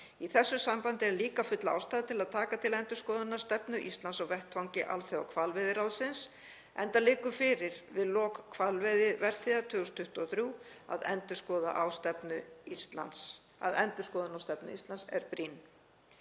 Í þessu sambandi er líka full ástæða til að taka til endurskoðunar stefnu Íslands á vettvangi Alþjóðahvalveiðiráðsins, enda liggur fyrir við lok hvalveiðivertíðar 2023 að endurskoðun á stefnu Íslands er brýn.